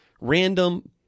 random